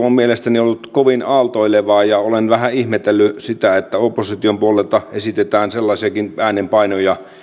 on mielestäni ollut kovin aaltoilevaa ja olen vähän ihmetellyt sitä että opposition puolelta esitetään sellaisiakin äänenpainoja